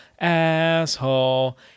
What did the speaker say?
asshole